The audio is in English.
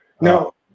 No